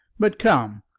but come,